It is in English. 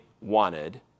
wanted